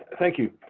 thank you.